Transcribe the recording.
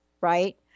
right